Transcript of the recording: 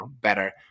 better